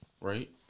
right